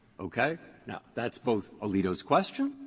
okay? now, that's both alito's question.